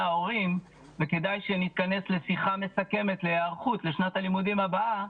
ההורים וכדאי שנתכנס לשיחה מסכמת להיערכות לשנת הלימודים הבאה,